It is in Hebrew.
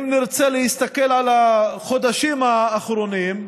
אם נרצה להסתכל על החודשים האחרונים,